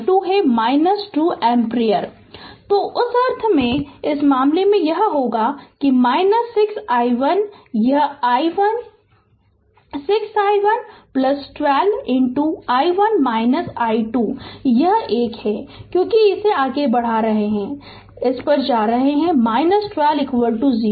Refer Slide Time 1250 तो उस अर्थ में इस मामले में यह होगा 6 i1 यह 6 i1 6 i1 12 i1 i2 यह एक क्योंकि इसे आगे बढ़ा रहे हैं इस पर जा रहे हैं 12 0